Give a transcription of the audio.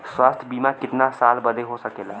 स्वास्थ्य बीमा कितना साल बदे हो सकेला?